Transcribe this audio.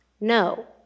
no